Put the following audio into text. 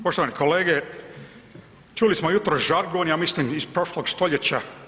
Poštovani kolege, čuli smo jutros žargon, ja mislim iz prošlog stoljeća.